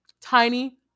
tiny